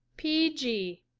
p g.